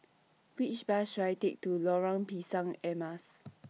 Which Bus should I Take to Lorong Pisang Emas